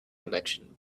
connection